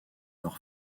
leurs